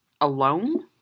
alone